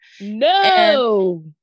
No